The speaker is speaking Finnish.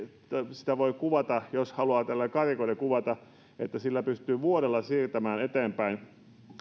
sitä voi kuvata niin jos haluaa tällä lailla karrikoiden kuvata että sillä pystyy vuodella siirtämään eteenpäin